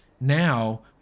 Now